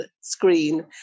screen